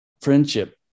friendship